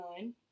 Nine